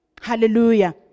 Hallelujah